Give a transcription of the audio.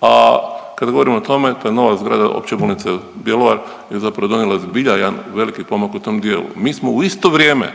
a kad govorimo o tome to je nova zgrada Opće bolnice Bjelovar je zapravo donijela zbilja jedan veliki pomak u tom dijelu. Mi smo u isto vrijeme